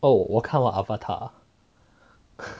oh 我看完 avatar